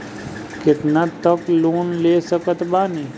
कितना तक लोन ले सकत बानी?